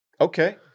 okay